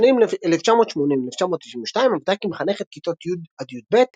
בשנים 1980–1992 עבדה כמחנכת כיתות י'- י"ב,